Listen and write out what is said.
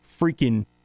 freaking